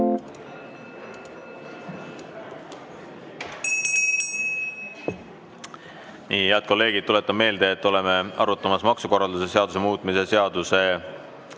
Head kolleegid, tuletan meelde, et arutame maksukorralduse seaduse muutmise seaduse